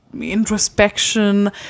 introspection